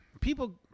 people